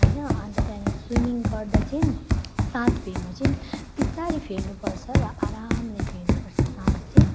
होइन अन्त त्यहाँदेखिको स्विमिङ गर्दा चाहिँ सास फेर्नु चाहिँ बिस्तारै फेर्नुपर्छ र आरामले फेर्नुपर्छ सास चाहिँ